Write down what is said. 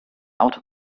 auto